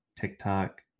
TikTok